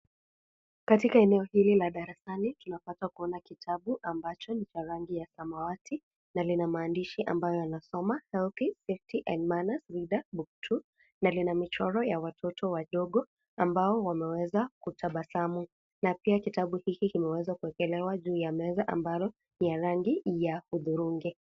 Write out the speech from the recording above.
Katika eneo hili la darasani, tunapata kuona kitabu ambacho ni cha rangi ya samawati na lina maandishi ambayo yanasoma Healthy, Safety and Manners Reader book two na lina michoro ya watoto wadogo, ambao wameweza kutabasamu na pia kitabu hiki kimeweza kuwekelewa juu ya meza ambalo ni ya rangi ya hudhurungi.